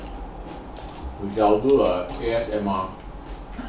we shall do a A_S_M_R